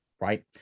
right